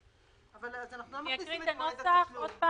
--- אבל אנחנו לא מכניסים את מועד התשלום,